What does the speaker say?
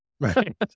Right